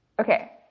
Okay